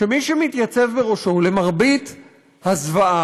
שמי שמתייצב בראשו, למרבה הזוועה,